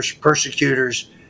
persecutors